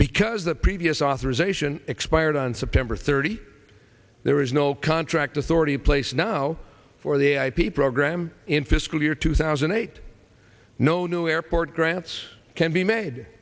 because the previous authorization expired on september thirty there is no contract authority place now for the ip program in fiscal year two thousand and eight no new airport grants can be made